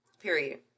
Period